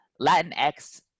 Latinx